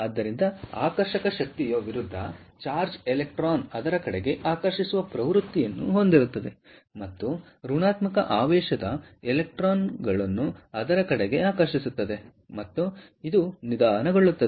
ಆದ್ದರಿಂದ ಆಕರ್ಷಕ ಶಕ್ತಿಯು ವಿರುದ್ಧ ಚಾರ್ಜ್ಡ್ ಎಲೆಕ್ಟ್ರಾನ್ಗಳನ್ನು ಅದರ ಕಡೆಗೆ ಆಕರ್ಷಿಸುವ ಪ್ರವೃತ್ತಿಯನ್ನು ಹೊಂದಿರುತ್ತದೆ ಮತ್ತು ಋಣಾತ್ಮಕ ಆವೇಶದ ಎಲೆಕ್ಟ್ರಾನ್ಗಳನ್ನು ಅದರ ಕಡೆಗೆ ಆಕರ್ಷಿಸುತ್ತದೆ ಮತ್ತು ಇದು ನಿಧಾನ ಗೊಳ್ಳುತ್ತದೆ